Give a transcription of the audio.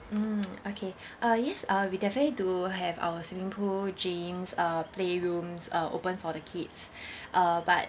mm okay uh yes uh we definitely do have our swimming pool gym uh play rooms uh open for the kid uh but